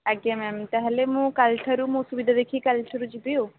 ଆଜ୍ଞା ମ୍ୟାମ୍ ତା'ହେଲେ ମୁଁ କାଲିଠାରୁ ମୁଁ ସୁବିଧା ଦେଖିକି କାଲିଠାରୁ ଯିବି ଆଉ